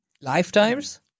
Lifetimes